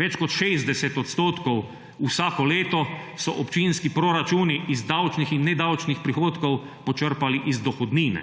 Več kot 60 odstotkov vsako leto so občinski proračuni iz davčnih in nedavčnih prihodkov počrpali iz dohodnine.